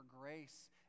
grace